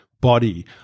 body